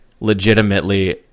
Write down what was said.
legitimately